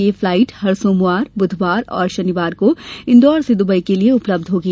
यह फ्लाईट हर सोमवार बुधवार और शनिवार को इंदौर से दुबई के लिये उपलब्ध होगी